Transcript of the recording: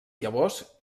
llavors